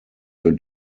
für